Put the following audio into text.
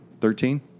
Thirteen